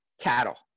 cattle